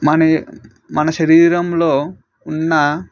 మరి మన శరీరంలో ఉన్న